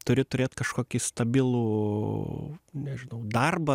turi turėt kažkokį stabilų nežinau darbą